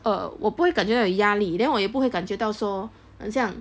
err 我不会感觉很压力 then 我也不会感觉到说很像